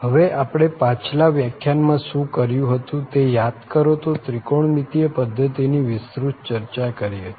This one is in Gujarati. હવે આપણે પાછલા વ્યાખ્યાનમાં શું કર્યું હતું તે યાદ કરો તો ત્રિકોણમિતિય પધ્ધતિની વિસ્તૃત ચર્ચા કરી હતી